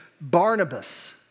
Barnabas